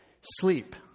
Sleep